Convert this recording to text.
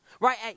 right